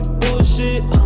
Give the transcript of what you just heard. bullshit